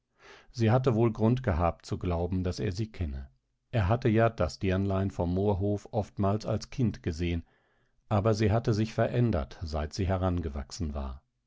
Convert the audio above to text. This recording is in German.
sie hatte wohl grund gehabt zu glauben daß er sie kenne er hatte ja das dirnlein vom moorhof oftmals als kind gesehen aber sie hatte sich verändert seit sie herangewachsen war